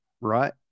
right